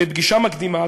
בפגישה מקדימה,